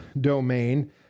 domain